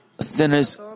sinners